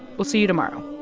we'll see you tomorrow